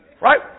Right